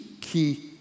key